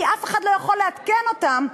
כי אף אחד לא יכול לעדכן אותם,